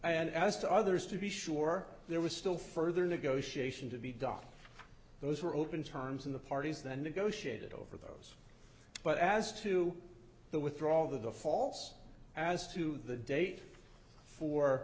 and as to others to be sure there was still further negotiation to be done those were open terms in the parties that negotiated over the but as to the withdraw the false as to the date for